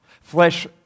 Flesh